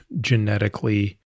genetically